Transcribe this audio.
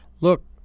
look